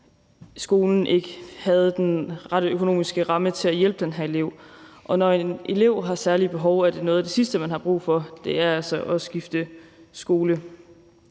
skolen ikke havde den rette økonomiske ramme til at hjælpe den her elev. Og når en elev har særlige behov, er noget af det sidste, man har brug for, altså at skifte skole.